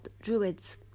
Druids